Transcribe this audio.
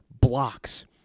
blocks